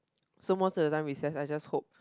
so most of the time recess I just hope